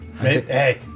Hey